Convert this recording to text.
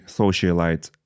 socialite